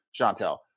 Chantel